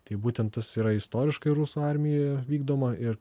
tai būtent tas yra istoriškai rusų armijoje vykdoma ir